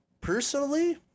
personally